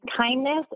kindness